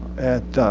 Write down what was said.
at